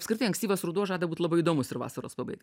apskritai ankstyvas ruduo žada būti labai įdomus ir vasaros pabaiga